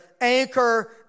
anchor